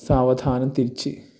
സാവധാനം തിരിച്ച്